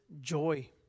joy